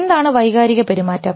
എന്താണ് വൈകാരിക പെരുമാറ്റം